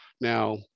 Now